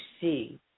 see